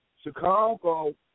Chicago